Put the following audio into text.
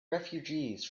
refugees